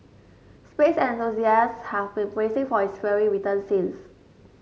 space enthusiast have been bracing for its fiery return since